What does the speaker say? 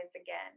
again